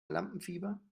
lampenfieber